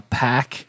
pack